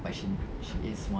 but she she is one